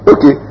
Okay